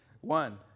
One